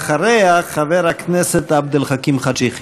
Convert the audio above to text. אחריה, חבר הכנסת עבד אל חכים חאג' יחיא.